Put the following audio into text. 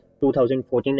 2014